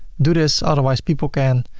do this otherwise people can,